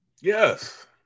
Yes